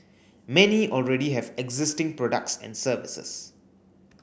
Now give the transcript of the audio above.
many already have existing products and services